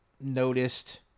noticed